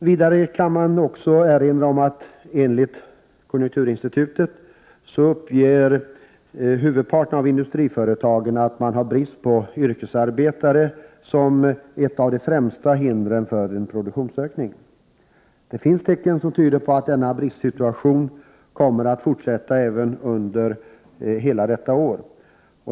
Vidare kan man erinra om att enligt konjunkturinstitutets undersökningar uppger huvudparten av industriföretagen att bristen på yrkesarbetare är ett av de främsta hindren för en produktionsökning. Det finns tecken som tyder på att denna bristsituation kommer att fortsätta även under hela detta år.